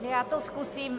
Já to zkusím...